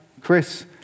Chris